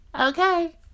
Okay